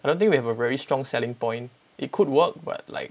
I don't think we have a very strong selling point it could work but like